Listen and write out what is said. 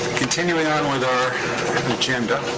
continuing on with our agenda.